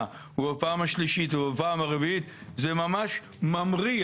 ובפעם השלישית ובפעם הרביעית זה ממש ממריא,